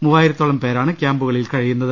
മൂവ്വായിരത്തോളം പേരാണ് ക്യാമ്പുകളിൽ കഴിയുന്നത്